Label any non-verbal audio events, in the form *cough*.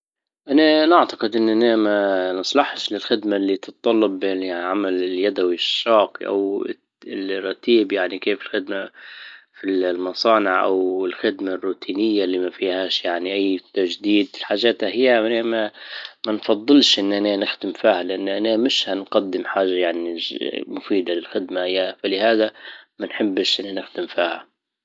انا نعتقد اننا ما نصلحش للخدمة اللي تتطلب بان العمل اليدوي الشاق او *hesitation* الرتيب يعني كيف الخدمة في المصانع او الخدمة الروتينية اللي ما فيهاش يعني اي تجديد، حاجات اياها ما- ما نفضلش اننا نخدم فيها لان انا مش هنقدم حاجة يعني مفيدة للخدمة ياه فلهذا منحبش اننا نخدم فيها